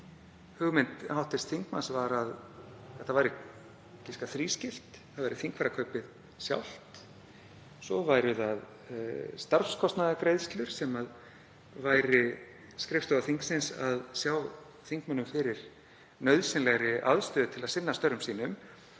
Hugmynd hv. þingmanns var að þetta væri giska þrískipt; það væri þingfararkaupið sjálft, svo væru það starfskostnaðargreiðslur sem væri skrifstofu þingsins að sjá þingmönnum fyrir nauðsynlegri aðstöðu til að sinna störfum sínum